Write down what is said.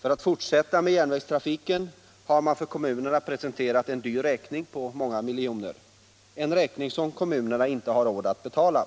För att fortsätta med järnvägstrafiken har SJ för kommunerna presenterat en dyr räkning på många miljoner, en räkning som kommunerna inte har råd att betala.